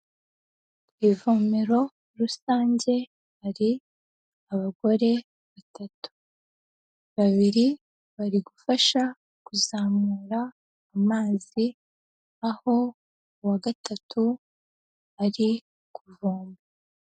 Ku ivomero rusange hari abagore batatu, babiri bari gufasha kuzamura amazi, aho uwa gatatu ari kuvoma.